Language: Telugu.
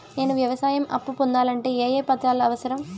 నేను వ్యవసాయం అప్పు పొందాలంటే ఏ ఏ పత్రాలు అవసరం?